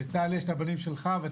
בצה"ל יש את הבנים שלך, את